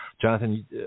Jonathan